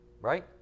Right